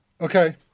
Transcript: Okay